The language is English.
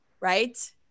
Right